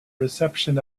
reception